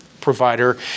provider